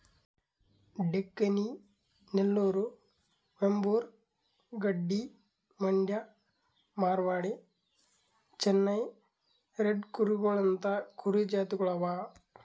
Deccani, Nellore, Vembur, Gaddi, Mandya, Marwari, Chennai red ಕೂರಿಗೊಳ್ ಅಂತಾ ಕುರಿ ಜಾತಿಗೊಳ್ ಅವಾ